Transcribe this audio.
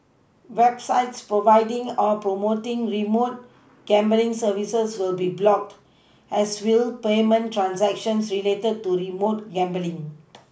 websites providing or promoting remote gambling services will be blocked as will payment transactions related to remote gambling